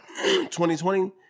2020